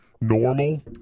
normal